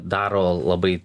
daro labai